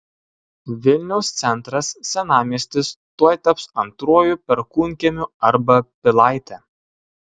vilniaus centras senamiestis tuoj taps antruoju perkūnkiemiu arba pilaite